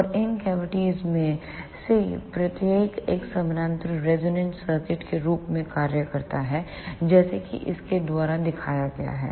और इन कैविटीज में से प्रत्येक एक समानांतर रेजोनेंट सर्किट के रूप में कार्य करता है जैसा कि इसके द्वारा दिखाया गया है